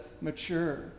mature